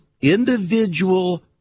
individual